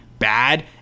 bad